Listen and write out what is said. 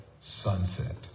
sunset